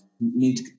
need